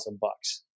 bucks